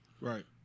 Right